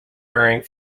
bearing